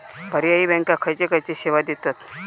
पर्यायी बँका खयचे खयचे सेवा देतत?